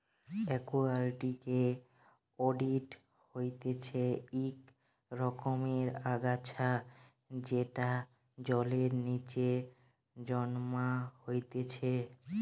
একুয়াটিকে ওয়িড হতিছে ইক রকমের আগাছা যেটা জলের নিচে জন্মাইতিছে